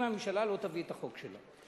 אם הממשלה לא תביא את החוק שלה.